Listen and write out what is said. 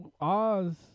Oz